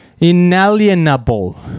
Inalienable